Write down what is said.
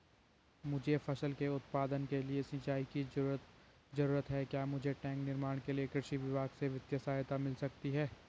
मुझे फसल के उत्पादन के लिए सिंचाई की जरूरत है क्या मुझे टैंक निर्माण के लिए कृषि विभाग से वित्तीय सहायता मिल सकती है?